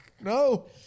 no